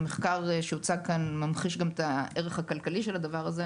המחקר שהוצג כאן ממחיש גם את הערך הכלכלי של הדבר הזה.